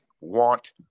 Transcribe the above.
want